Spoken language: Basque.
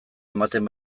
ematen